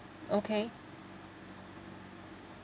okay